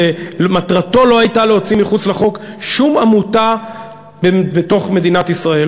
מטרתו לא הייתה להוציא מחוץ לחוק שום עמותה בתוך מדינת ישראל.